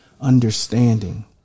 understanding